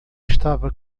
estava